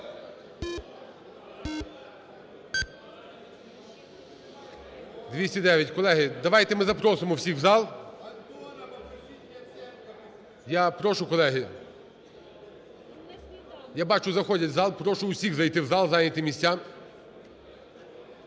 За-209 Колеги, давайте ми запросимо всіх в зал. Я прошу, колеги. Я бачу, заходять в зал. Прошу всіх зайти в зал, зайняти місця.